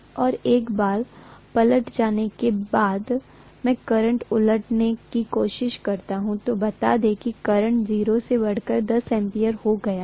और एक बार पलट जाने के बाद मैं करंट को उलटने की कोशिश करता हूं बता दें कि करंट 0 से बढ़कर 10 एम्पियर हो गया है